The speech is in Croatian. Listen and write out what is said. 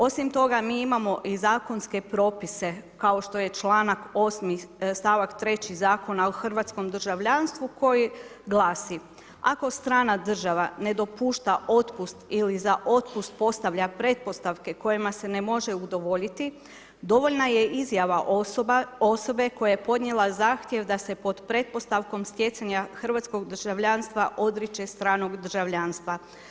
Osim toga mi imamo i zakonske propise kao što je članak 8. stavak 3. Zakona o hrvatskom državljanstvu koji glasi: „Ako strana država ne dopušta otpust ili za otpust postavlja pretpostavke kojima se ne može udovoljiti dovoljna je izjava osobe koja je podnijela zahtjev da se pod pretpostavkom stjecanja hrvatskog državljanstva odriče stranog državljanstva.